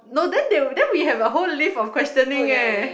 no then then we have whole list of questioning eh